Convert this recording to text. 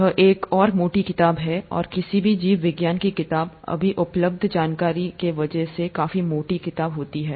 यह एक और मोटी किताब है और किसी भी जीव विज्ञान की किताब अभी उपलब्ध जानकारी के वहजह से काफी मोटी किताब हैं